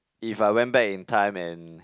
if I went back in time and